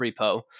repo